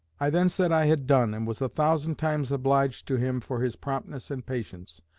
i then said i had done, and was a thousand times obliged to him for his promptness and patience,